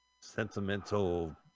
sentimental